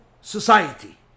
society